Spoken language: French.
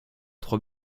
trois